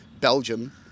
belgium